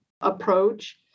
approach